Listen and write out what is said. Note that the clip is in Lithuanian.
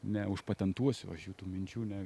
neužpatentuosi aš jų tų minčių ne